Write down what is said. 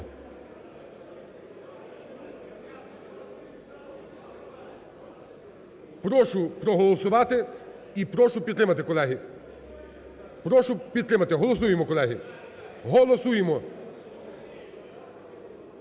Прошу проголосувати і прошу підтримати, колеги. Прошу підтримати. Голосуємо, колеги, голосуємо.